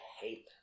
hate